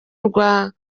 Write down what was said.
rwa